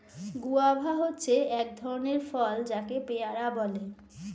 guava হচ্ছে এক ধরণের ফল যাকে পেয়ারা বলে